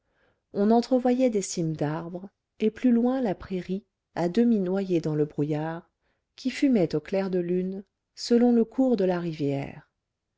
on entrevoyait des cimes d'arbres et plus loin la prairie à demi noyée dans le brouillard qui fumait au clair de la lune selon le cours de la rivière